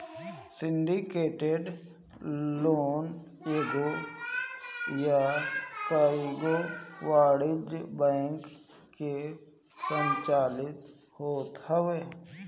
syndicated loan एगो या कईगो वाणिज्यिक बैंक से संचालित होत हवे